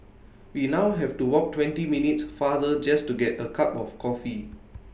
we now have to walk twenty minutes farther just to get A cup of coffee